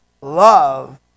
Love